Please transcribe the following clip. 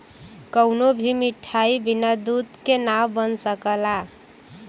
कवनो भी मिठाई बिना दूध के ना बन सकला